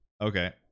Okay